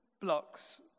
blocks